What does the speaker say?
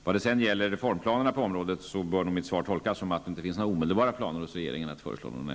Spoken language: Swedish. Vad sedan gäller reformplanerna på området bör mitt svar tolkas så att regeringen inte har några omedelbara planer på att föreslå en ändring.